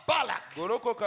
Balak